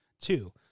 Two